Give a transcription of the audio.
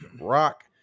rock